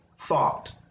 thought